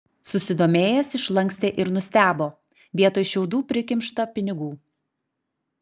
susidomėjęs išlankstė ir nustebo vietoj šiaudų prikimšta pinigų